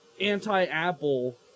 anti-Apple